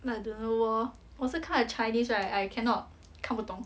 but don't know 喔我是看它的 chinese right I cannot 看不懂